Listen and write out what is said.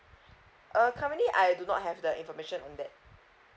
uh currently I do not have the information on that